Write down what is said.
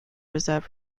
reserve